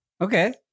Okay